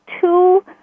two